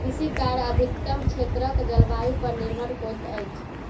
कृषि कार्य अधिकतम क्षेत्रक जलवायु पर निर्भर होइत अछि